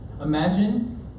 Imagine